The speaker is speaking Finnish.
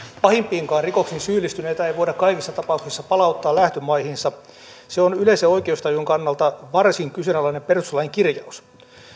pahimpiinkaan rikoksiin syyllistyneitä ei voida kaikissa tapauksissa palauttaa lähtömaihinsa on yleisen oikeustajun kannalta varsin kyseenalainen perustuslain kirjaus